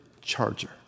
charger